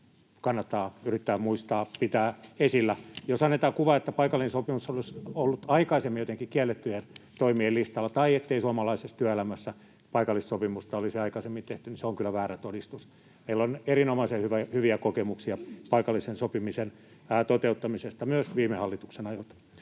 kannattaa yrittää muistaa pitää esillä. Jos annetaan kuva, että paikallinen sopimus olisi ollut aikaisemmin jotenkin kiellettyjen toimien listalla tai ettei suomalaisessa työelämässä paikallista sopimusta olisi aikaisemmin tehty, niin se on kyllä väärä todistus. Meillä on erinomaisen hyviä kokemuksia paikallisen sopimisen toteuttamisesta myös viime hallituksen ajalta.